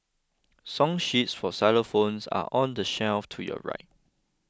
Song sheets for xylophones are on the shelf to your right